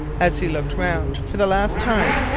as he looked round, for the last time,